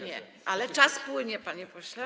Nie, ale czas płynie, panie pośle.